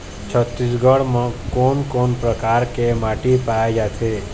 छत्तीसगढ़ म कोन कौन प्रकार के माटी पाए जाथे?